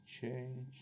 change